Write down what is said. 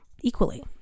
equally